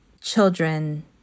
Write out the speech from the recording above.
children